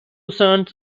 sons